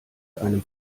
einem